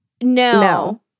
No